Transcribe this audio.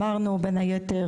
בין היתר,